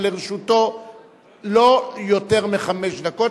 שלרשותו לא יותר מחמש דקות,